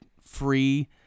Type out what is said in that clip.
free